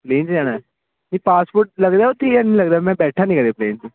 plain 'ਚ ਜਾਣਾ ਅਤੇ ਪਾਸਪੋਰਟ ਲੱਗਦਾ ਉੱਥੇ ਜਾ ਨਹੀਂ ਲੱਗਦਾ ਮੈਂ ਬੈਠਾ ਨਹੀਂ ਕਦੇ ਪਲੇਨ 'ਚ